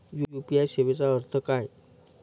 UPI सेवेचा अर्थ काय?